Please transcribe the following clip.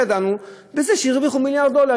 בזה שהרוויחו מיליארד דולר.